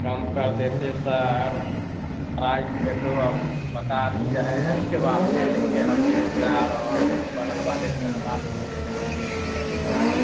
कम कर देते sir price में तो अब बात ही रहें हैं सिर्फ आपसे लेंगे हम एक हज़ार और बग़ल वाले से हम आठ सौ ले लेंगे यह भी सही नहीं है